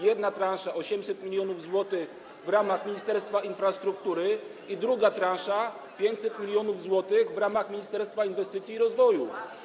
Jedna transza, 800 mln zł, w ramach Ministerstwa Infrastruktury i druga transza, 500 mln zł, w ramach Ministerstwa Inwestycji i Rozwoju.